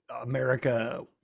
america